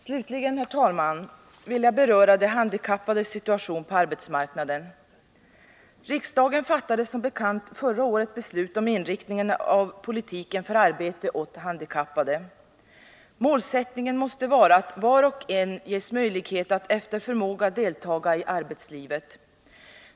Slutligen, herr talman, vill jag beröra de handikappades situation på arbetsmarknaden. Riksdagen fattade som bekant förra året beslut om inriktningen av politiken för arbete åt handikappade. Målsättningen måste vara att var och en ges möjlighet att efter förmåga deltaga i arbetslivet.